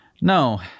No